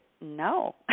no